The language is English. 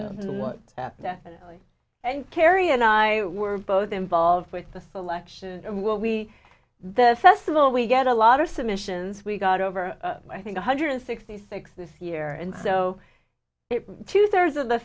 know definitely and carrie and i were both involved with the selection and will be the festival we get a lot of submissions we've got over i think a hundred and sixty six this year and so two thirds of the